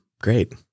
Great